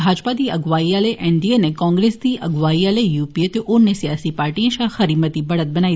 भाजपा दी अगुवाई आले एनडीए नै कांग्रेस दी अगुवाई आले यूपीए ते होरने सियासी पार्टिएं षा खरी मती बढ़त बनाई